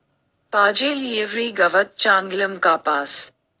पाजेल ईयावरी गवत चांगलं कापास